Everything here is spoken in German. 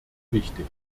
wichtig